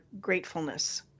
gratefulness